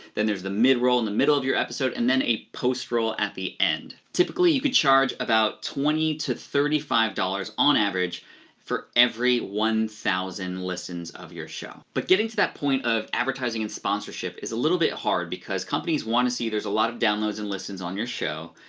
then there's the mid-roll in the middle of your episode and then a post-roll at the end. typically you can charge about twenty dollars to thirty five dollars on average for every one thousand listens of your show. but getting to that point of advertising and sponsorship is a little bit hard, because companies wanna see there's a lot of downloads and listens on your show.